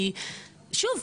כי שוב,